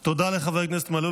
תודה לחבר הכנסת מלול.